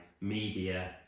media